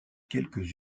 quelques